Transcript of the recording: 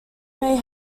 may